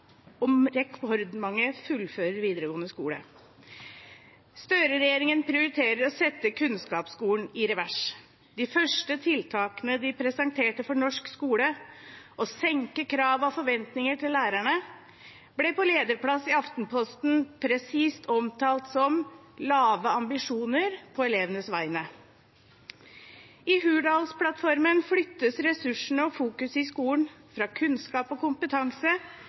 rekordmange fullfører videregående skole. Støre-regjeringen prioriterer å sette kunnskapsskolen i revers. De første tiltakene de presenterte for norsk skole – å senke krav og forventninger til lærerne – ble på lederplass i Aftenposten presist omtalt som «lave ambisjoner på elevenes vegne». I Hurdalsplattformen flyttes ressursene og fokuset i skolen fra kunnskap og kompetanse